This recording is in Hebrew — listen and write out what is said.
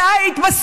רק את התנדבת.